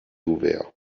ouverts